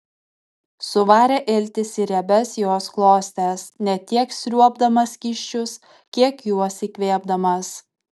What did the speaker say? suvarė iltis į riebias jos klostes ne tiek sriuobdamas skysčius kiek juos įkvėpdamas